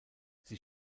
sie